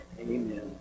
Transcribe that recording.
Amen